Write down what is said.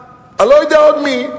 אני לא יודע עוד מי,